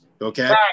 Okay